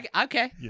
Okay